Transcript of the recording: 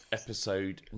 episode